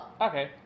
Okay